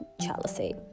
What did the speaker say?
jealousy